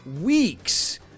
weeks